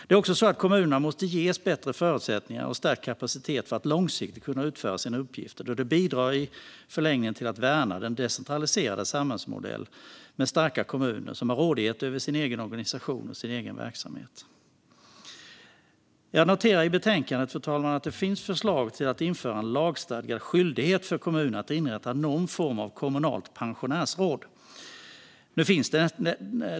Det är också så att kommunerna måste ges bättre förutsättningar och stärkt kapacitet för att långsiktigt kunna utföra sina uppgifter eftersom det i förlängningen bidrar till att värna den decentraliserade samhällsmodellen med starka kommuner som har rådighet över sin egen organisation och sin egen verksamhet. Jag noterar i betänkandet, fru talman, att det finns förslag på att införa en lagstadgad skyldighet för kommuner att inrätta någon form av kommunalt pensionärsråd.